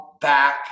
back